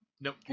Nope